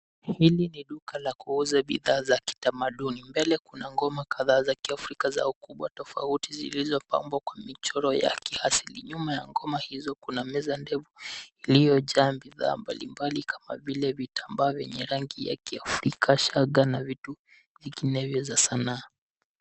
Hili ni duka la kuuza bidhaa za kitamaduni. Mbele kuna ngoma kadhaa za kiafrika za ukubwa tofauti zilizopambwa kwa michoro ya kiasili. Nyuma ya ngoma hizo, kuna meza ndefu iliyojaa bidhaa mbalimbali kama vile vitambaa venye rangi ya kiafrika, shanga na vitu vingine vya sanaa.